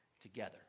together